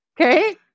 Okay